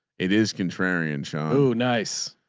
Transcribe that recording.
it is contrarian. oh nice.